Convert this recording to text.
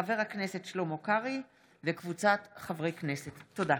חברת הכנסת עידית סילמן,